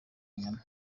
nyama